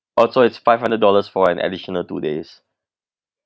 oh so it's five hundred dollars for an additional two days